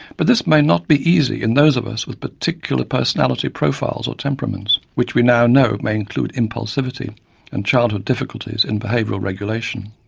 but this may not be easy in those of us with particular personality profiles or temperaments which we now know may include impulsivity and childhood difficulties in behavioural regulation.